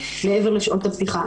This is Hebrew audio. מעבר לשעות הפתיחה.